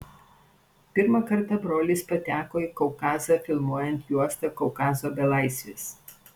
pirmą kartą brolis pateko į kaukazą filmuojant juostą kaukazo belaisvis